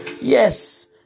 Yes